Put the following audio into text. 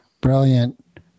brilliant